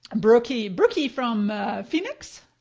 and brookie, brookie from pheonix?